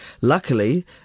luckily